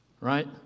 right